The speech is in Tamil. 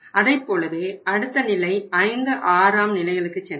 அதைப்போலவே அடுத்த நிலை 56ஆம் நிலைகளுக்கு சென்றார்கள்